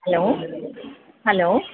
hello hello